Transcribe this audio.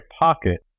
pocket